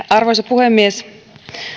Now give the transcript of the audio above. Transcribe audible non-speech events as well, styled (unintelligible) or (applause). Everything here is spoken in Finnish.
(unintelligible) arvoisa puhemies